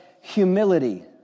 humility